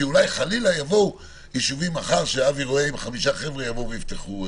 כי אולי מחר יבוא אבי רואה עם חמישה חבר'ה ויפתחו ישוב.